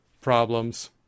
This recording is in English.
problems